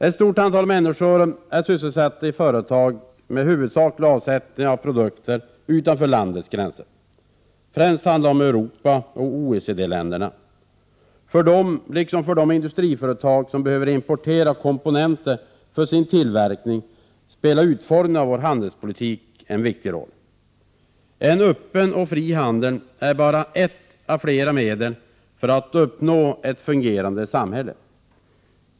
Ett stort antal människor är sysselsatta i företag med huvudsaklig avsättning av produkterna utanför landets gränser. Främst handlar det om Europa och OECD-länderna. För dessa, liksom för de industriföretag som behöver importera komponenter för sin tillverkning, spelar utformningen av vår handelspolitik en viktig roll. En öppen och fri handel är bara ett av flera medel för att uppnå ett fungerande samhälle.